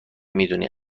میدونی